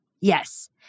Yes